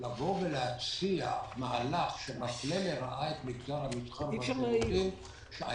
להציע מהלך שמפלה לרעה את מגזר המסחר והשירותים,